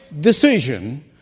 decision